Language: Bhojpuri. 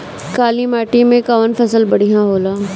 काली माटी मै कवन फसल बढ़िया होला?